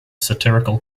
satirical